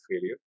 failure